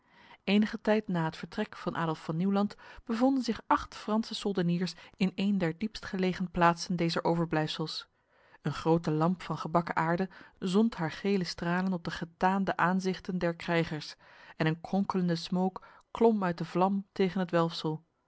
enige tijd na het vertrek van adolf van nieuwland bevonden zich acht franse soldeniers in een der diepstgelegen plaatsen dezer overblijfsels een grote lamp van gebakken aarde zond haar gele stralen op de getaande aanzichten der krijgers en een kronkelende smook klom uit de vlam tegen het welfsel